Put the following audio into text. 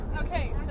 Okay